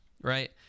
right